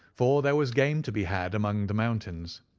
for there was game to be had among the mountains,